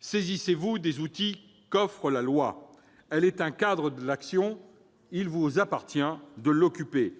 saisissez-vous des outils qu'offre la loi. Elle est un cadre d'action, il vous appartient de l'occuper.